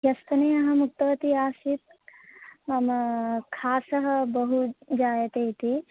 ह्यस्तने अहम् उक्तवती आसीत् मम खासः बहु जायते इति